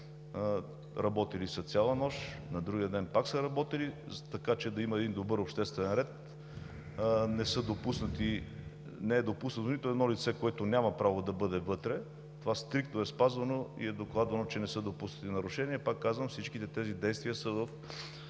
Работили са цяла нощ, на другия ден пак са работили, така че да има един добър обществен ред. Не е допуснато нито едно лице, което няма право да бъде вътре. Това стриктно е спазвано и е докладвано, че не са допуснати нарушения. Пак казвам, всичките тези действия са в